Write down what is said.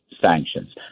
sanctions